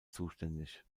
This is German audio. zuständig